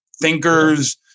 thinkers